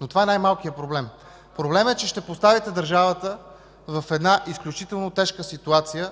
Но това обаче е най-малкият проблем. Проблемът е, че ще поставите държавата в изключително тежка ситуация.